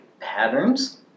patterns